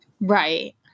Right